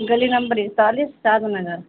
گلی نمبر ایکتالیس شاد نگر